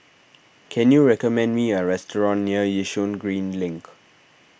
can you recommend me a restaurant near Yishun Green Link